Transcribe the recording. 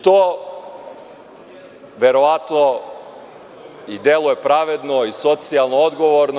To verovatno i deluje pravedno i socijalno odgovorno.